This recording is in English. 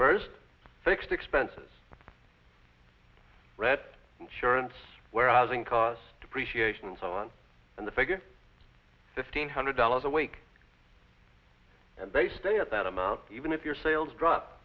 first fixed expenses read insurance warehousing cars depreciation and so on and the figure fifteen hundred dollars a week and they stay at that amount even if your sales drop